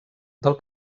del